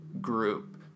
group